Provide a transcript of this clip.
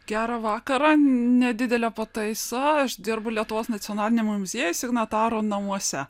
gerą vakarą nedidelė pataisa aš dirbu lietuvos nacionaliniame muziejuje signatarų namuose